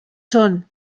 són